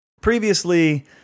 previously